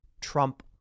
Trump